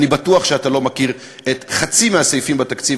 אני בטוח שאתה לא מכיר חצי מהסעיפים בתקציב,